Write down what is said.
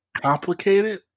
Complicated